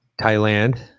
Thailand